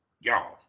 y'all